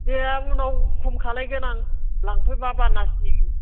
दे उनाव खम खालामगोन आं लांफैब्ला बानासनिखौ